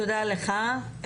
תודה לך.